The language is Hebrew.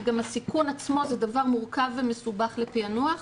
גם הסיכון עצמו הוא דבר מורכב ומסובך לפענוח.